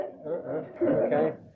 Okay